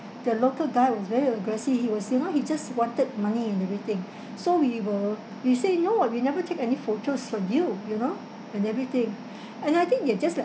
the local guy was very aggressive he was you know he just wanted money and everything so we were we say no ah we never take any photos of you you know and everything and I think they're just like